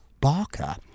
Barker